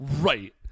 right